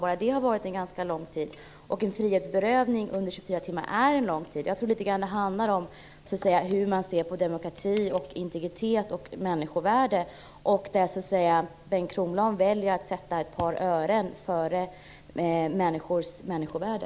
Bara det är ganska lång tid. Ett frihetsberövande under 24 timmar är lång tid. Jag tror att det litet grand handlar om hur man ser på demokratin och på detta med integritet och människovärde men Bengt Kronblad väljer alltså att sätta ett par ören före människors människovärde.